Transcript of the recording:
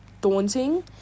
daunting